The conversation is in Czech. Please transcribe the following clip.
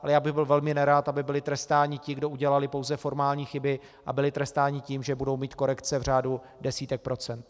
Ale byl bych velmi nerad, aby byli trestáni ti, kdo udělali pouze formální chyby, a byli trestáni tím, že budou mít korekce v řádu desítek procent.